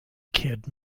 kid